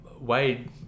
Wade